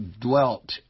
dwelt